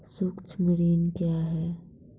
सुक्ष्म ऋण क्या हैं?